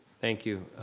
thank you.